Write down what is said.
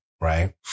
right